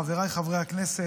חבריי חברי הכנסת,